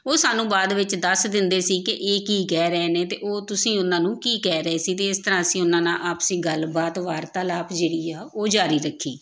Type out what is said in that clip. ਉਹ ਸਾਨੂੰ ਬਾਅਦ ਵਿੱਚ ਦੱਸ ਦਿੰਦੇ ਸੀ ਕਿ ਇਹ ਕੀ ਕਹਿ ਰਹੇ ਨੇ ਅਤੇ ਉਹ ਤੁਸੀਂ ਉਹਨਾਂ ਨੂੰ ਕੀ ਕਹਿ ਰਹੇ ਸੀ ਅਤੇ ਇਸ ਤਰ੍ਹਾਂ ਅਸੀਂ ਉਹਨਾਂ ਨਾਲ ਆਪਸੀ ਗੱਲਬਾਤ ਵਾਰਤਾਲਾਪ ਜਿਹੜੀ ਆ ਉਹ ਜਾਰੀ ਰੱਖੀ